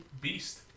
Beast